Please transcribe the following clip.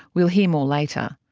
we'll hear more later.